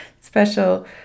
special